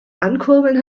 ankurbeln